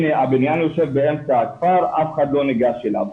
הבניין יושב באמצע הכפר, אף אחד לא ניגש אליו.